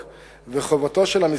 2. אם הפקחים מיותרים,